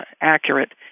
accurate